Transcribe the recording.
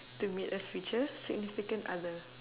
to meet a future significant other